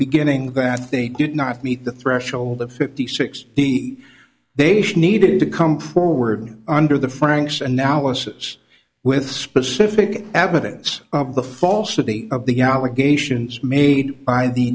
beginning that they did not meet the threshold of fifty sixty they should needed to come forward under the franks analysis with specific evidence of the falsity of the allegations made by the